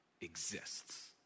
exists